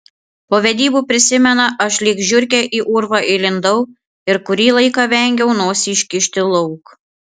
po vedybų prisimena aš lyg žiurkė į urvą įlindau ir kurį laiką vengiau nosį iškišti lauk